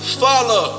follow